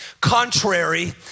Contrary